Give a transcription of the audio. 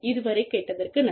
இதுவரை கேட்டதற்கு நன்றி